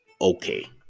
okay